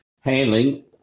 handling